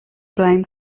blame